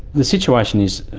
the situation is,